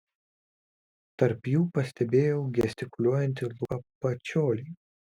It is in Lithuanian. tarp jų pastebėjau gestikuliuojantį luką pačiolį